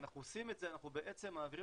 וכשאנחנו עושים את זה אנחנו בעצם מעבירים